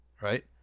right